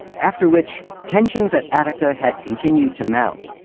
after which tensions at attica had continued to mount,